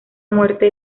muerte